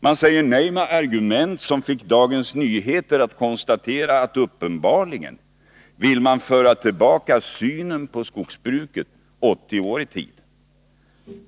Man säger nej med argument som fick Dagens Nyheter att konstatera att uppenbarligen vill man föra tillbaka synen på skogsbruket 80 år i tiden.